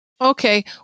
Okay